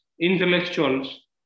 intellectuals